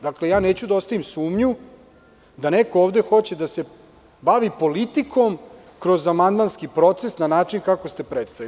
Dakle, neću da ostavim sumnju da neko ovde hoće da se bavi politikom kroz amandmanski proces na način kako ste predstavili.